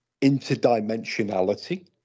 interdimensionality